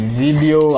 video